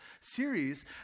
series